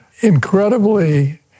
incredibly